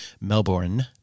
Melbourne